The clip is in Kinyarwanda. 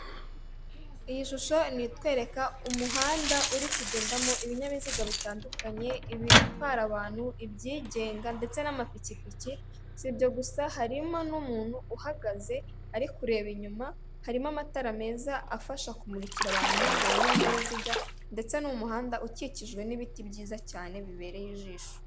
Iyi shusho ni itwereka umuhanda urikugendamo ibinyabiziga bitandukanye ibitwara abantu ibyigenga ndetse n'amapikipiki, si ibyo gusa harimo n'umuntu uhagaze arikureba inyuma, harimo amatara meza afasha kumurikira abantu nijoro ndetse n'ibinyabiziga ndetse ni umuhanda ukikijwe n'ibiti byiza cyane bibereye ijisho.